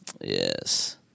Yes